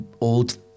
old